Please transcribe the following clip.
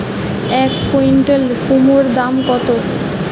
এক কুইন্টাল কুমোড় দাম কত?